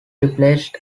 replaced